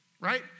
right